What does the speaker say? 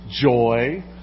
joy